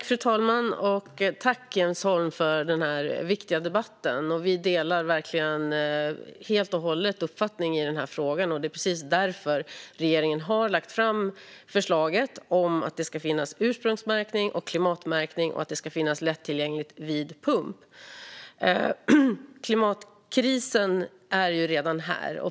Fru talman! Tack, Jens Holm, för denna viktiga debatt! Jag delar verkligen helt och hållet Jens Holms uppfattning i den här frågan. Det är precis därför som regeringen har lagt fram förslaget om att det ska finnas ursprungsmärkning och klimatmärkning och att den ska finnas lättillgänglig vid pump. Klimatkrisen är ju redan här.